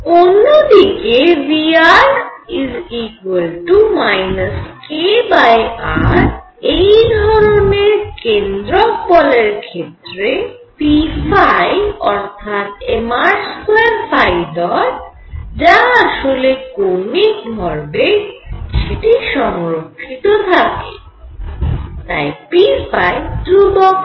অন্য দিকে V kr এই ধরণের কেন্দ্রক বলের ক্ষেত্রে p অর্থাৎ mr2ϕ̇ যা আসলে কৌণিক ভরবেগ সেটি সংরক্ষিত থাকে তাই p ধ্রুবক হয়